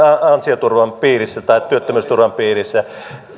ansioturvan piirissä tai työttömyysturvan piirissä